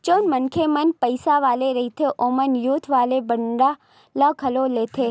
जउन मनखे मन पइसा वाले रहिथे ओमन युद्ध वाले बांड ल घलो लेथे